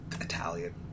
Italian